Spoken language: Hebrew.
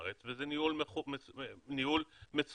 בתעופה המינימאלית,